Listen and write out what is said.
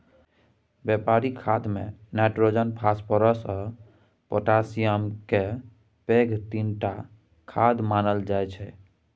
बेपारिक खादमे nitrogen, phosphorus आ पोटाशियमकेँ पैघ तीनटा खाद मानल जाइ छै